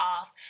off